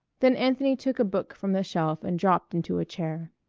then anthony took a book from the shelf and dropped into a chair.